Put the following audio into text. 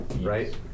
Right